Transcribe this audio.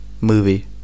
movie